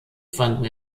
fanden